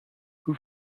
who